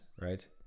right